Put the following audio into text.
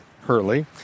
Hurley